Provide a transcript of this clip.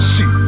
See